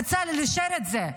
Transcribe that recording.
בצלאל אישר את זה.